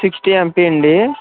sixty MP అండి